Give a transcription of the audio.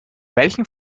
welchen